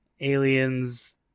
Aliens